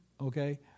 okay